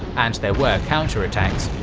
and there were counterattacks,